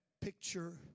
picture